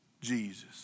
Jesus